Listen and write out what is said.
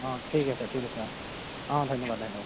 অঁ ঠিক আছে ঠিক আছে অঁ অঁ ধন্যবাদ ধন্যবাদ